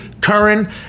Curran